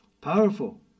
powerful